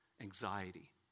Anxiety